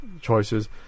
choices